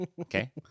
Okay